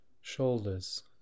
shoulders